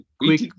Quick